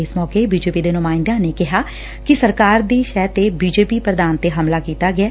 ਇਸ ਮੌਕੇ ਬੀਜੇਪੀ ਦੇ ਨੁਮਾਇੰਦਿਆਂ ਨੇ ਕਿਹਾ ਕਿ ਸਰਕਾਰ ਦੀ ਸਹਿ ਤੇ ਬੀਜੇਪੀ ਪ੍ਰਧਾਨ ਤੇ ਹਮਲਾ ਕੀਤਾ ਗਿਐ